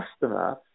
customer